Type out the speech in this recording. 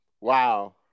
Wow